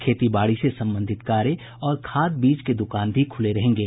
खेती बाड़ी से संबंधित कार्य और खाद बीज के दुकान भी खुले रहेंगे